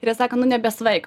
ir jie sako nu nebesvaik